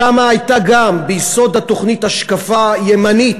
שם הייתה גם ביסוד התוכנית השקפה ימנית,